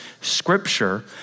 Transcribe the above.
scripture